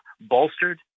bolstered